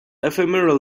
ephemeral